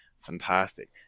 fantastic